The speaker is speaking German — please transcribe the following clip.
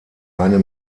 eine